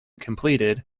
completed